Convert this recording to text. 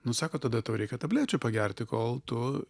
nu sako tada tau reikia tablečių pagerti kol tu